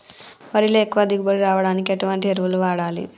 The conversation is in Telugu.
వరిలో ఎక్కువ దిగుబడి రావడానికి ఎటువంటి ఎరువులు వాడాలి?